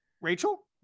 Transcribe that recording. Rachel